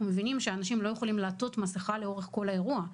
מבינים שאנשים לא יכולים לעטות מסכה לאורך כל האירוע.